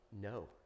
no